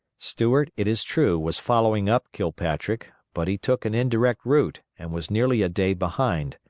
stuart, it is true, was following up kilpatrick, but he took an indirect route and was nearly a day behind.